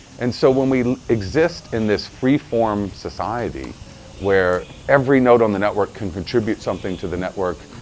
and so when we exist in this freeform society where every node on the network can contribute something to the network,